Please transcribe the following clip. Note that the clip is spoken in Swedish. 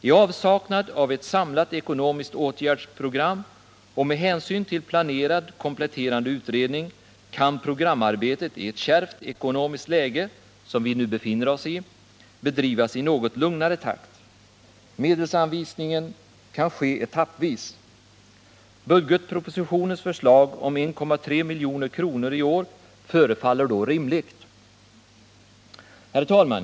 I avsaknad av ett samlat ekonomiskt åtgärdsprogram och med hänsyn till planerad, kompletterande utredning kan programarbetet i ett kärvt ekonomiskt läge — som vi nu befinner oss i — bedrivas i något lugnare takt. Medelsanvisningen kan ske etappvis. Budgetpropositionens förslag om en 1,3 milj.kr. i år förefaller då rimligt.